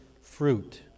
fruit